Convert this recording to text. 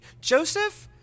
Joseph